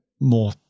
more